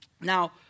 Now